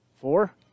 Four